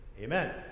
Amen